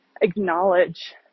acknowledge